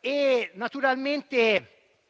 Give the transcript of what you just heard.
Parlavo